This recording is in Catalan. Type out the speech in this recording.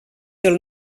del